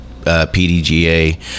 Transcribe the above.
PDGA